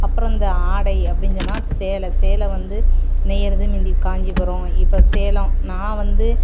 அப்புறம் இந்த ஆடை அப்படின்னு சொன்னால் அது சேலை சேலை வந்து நெய்கிறது முந்தி காஞ்சிபுரம் இப்போ சேலம் நான் வந்து